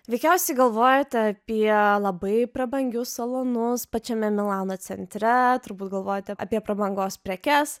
veikiausiai galvojate apie labai prabangius salonus pačiame milano centre turbūt galvojate apie prabangos prekes